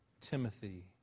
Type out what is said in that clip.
Timothy